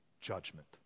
judgment